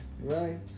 Right